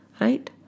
Right